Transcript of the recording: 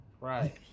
Right